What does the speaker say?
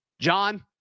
John